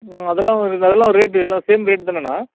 ம் அதெல்லாம் அதெல்லாம் ரேட்டு எல்லாம் சேம் ரேட்டுதானேண்ணா